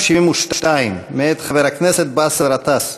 272 מאת חבר הכנסת באסל גטאס.